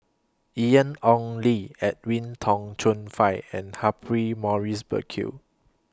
Ian Ong Li Edwin Tong Chun Fai and Humphrey Morrison Burkill